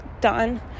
done